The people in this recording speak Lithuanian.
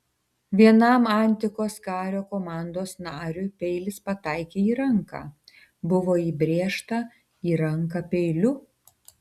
vienam antikos kario komandos nariui peilis pataikė į ranką buvo įbrėžta į ranką peiliu